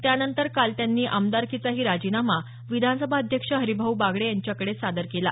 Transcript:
त्यानंतर काल त्यांनी आमदारकीचाही राजीनामा विधानसभा अध्यक्ष हरीभाऊ बागडे यांच्याकडे सादर केला